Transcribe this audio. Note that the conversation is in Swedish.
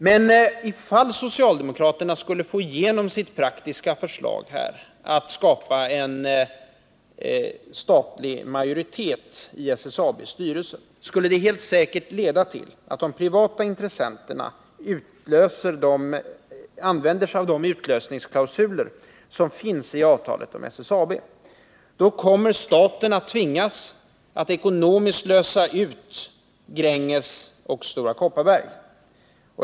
Men om socialdemokraterna skulle få igenom sitt praktiska förslag om skapandet av en statlig majoritet i SSAB:s styrelse, skulle det helt säkert leda till att de privata intressenterna använde sig av de utlösningsklausuler som finns i avtalet om SSAB. Då kommer staten att tvingas att ekonomiskt lösa ut Gränges och Stora Kopparberg.